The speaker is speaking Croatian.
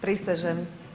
Prisežem.